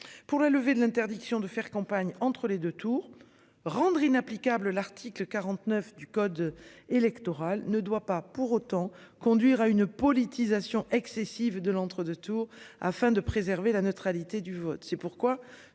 pour la levée de l'interdiction de faire campagne entre les 2 tours rendre inapplicable. L'article 49 du code électoral ne doit pas pour autant conduire à une politisation excessive de l'entre-deux tours afin de préserver la neutralité du vote. C'est pourquoi